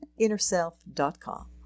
InnerSelf.com